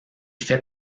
fait